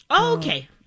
Okay